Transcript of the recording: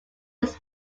was